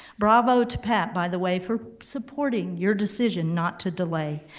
bravo to pat by the way for supporting your decision not to delay.